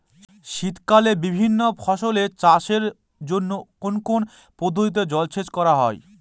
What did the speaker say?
শীতকালে বিভিন্ন ফসলের চাষের জন্য কোন কোন পদ্ধতিতে জলসেচ করা হয়?